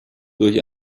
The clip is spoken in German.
durch